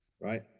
Right